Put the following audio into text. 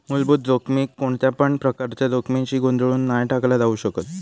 मुलभूत जोखमीक कोणत्यापण प्रकारच्या जोखमीशी गोंधळुन नाय टाकला जाउ शकत